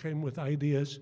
came with ideas